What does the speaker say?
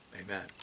amen